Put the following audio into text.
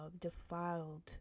defiled